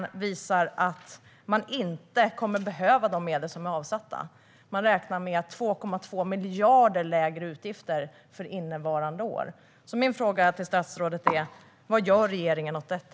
Den visar att man inte kommer att behöva de medel som är avsatta. Man räknar med 2,2 miljarder lägre utgifter för innevarande år. Vad gör regeringen åt detta?